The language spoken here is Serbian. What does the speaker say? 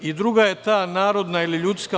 Druga je narodna ili ljudska.